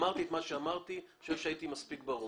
אמרתי את מה שאמרתי ואני חושב שהייתי מספיק ברור.